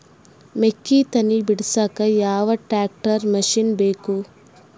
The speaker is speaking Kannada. ಮೆಕ್ಕಿ ತನಿ ಬಿಡಸಕ್ ಯಾವ ಟ್ರ್ಯಾಕ್ಟರ್ ಮಶಿನ ಬೇಕು?